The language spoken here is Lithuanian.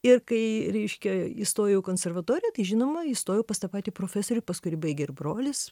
ir kai reiškia įstojau į konservatoriją tai žinoma įstojau pas tą patį profesorių pas kurį baigė ir brolis